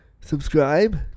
subscribe